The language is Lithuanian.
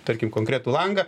tarkim konkretų langą